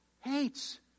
hates